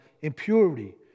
impurity